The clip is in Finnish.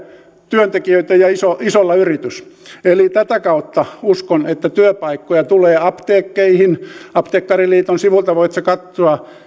työntekijöitä ja isolla yritys eli tätä kautta uskon että työpaikkoja tulee apteekkeihin apteekkariliiton sivuilta voitte katsoa